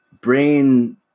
brain